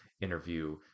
interview